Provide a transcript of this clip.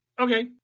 okay